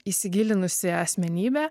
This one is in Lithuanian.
įsigilinusi asmenybė